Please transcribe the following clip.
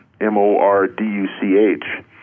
M-O-R-D-U-C-H